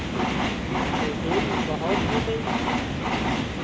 बहुत हैं पैसे